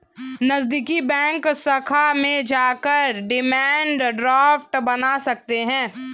नज़दीकी बैंक शाखा में जाकर डिमांड ड्राफ्ट बनवा सकते है